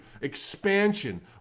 expansion